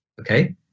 Okay